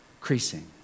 increasing